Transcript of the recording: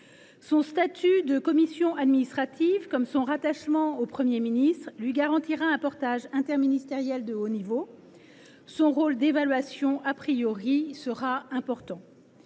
Son statut de commission administrative comme son rattachement au Premier ministre lui garantiront un portage interministériel de haut niveau. Son rôle d’évaluation sera important.